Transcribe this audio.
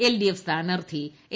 LDF സ്ഥാനാർഥി A